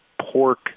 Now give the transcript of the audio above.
pork